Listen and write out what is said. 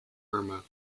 irma